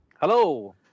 Hello